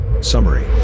Summary